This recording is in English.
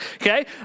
Okay